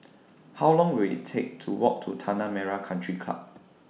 How Long Will IT Take to Walk to Tanah Merah Country Club